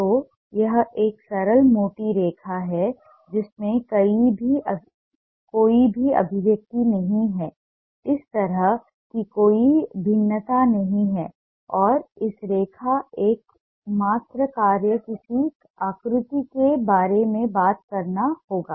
तो यह एक सरल मोटी रेखा है जिसमें कोई भी अभिव्यक्ति नहीं है इस तरह की कोई भिन्नता नहीं है और इस रेखा का एकमात्र कार्य किसी आकृति के बारे में बात करना होगा